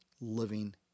living